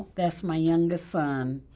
that's my youngest son.